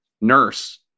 nurse